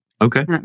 Okay